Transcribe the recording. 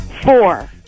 Four